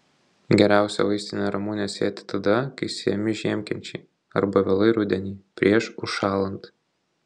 geriausia vaistinę ramunę sėti tada kai sėjami žiemkenčiai arba vėlai rudenį prieš užšąlant